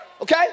okay